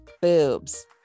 boobs